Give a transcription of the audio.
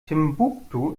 timbuktu